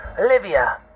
Olivia